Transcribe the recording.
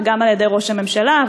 וגם על-ידי ראש הממשלה,